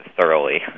thoroughly